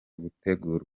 gutegurwa